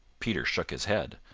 peter shook his head.